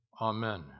amen